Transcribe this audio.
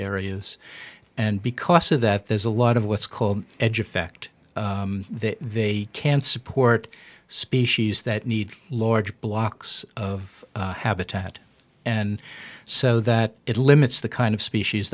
areas and because of that there's a lot of what's called edge effect that they can support species that need large blocks of habitat and so that it limits the kind of species